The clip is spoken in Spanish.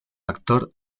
actor